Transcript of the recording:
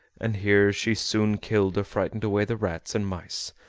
and here she soon killed or frightened away the rats and mice,